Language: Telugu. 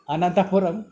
అనంతపురం